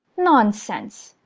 nonsense!